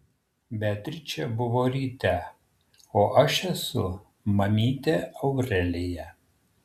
beatričė buvo ryte o aš esu mamytė aurelija